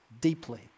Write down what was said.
deeply